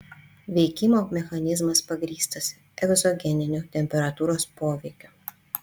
veikimo mechanizmas pagrįstas egzogeniniu temperatūros poveikiu